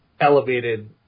elevated